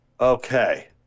Okay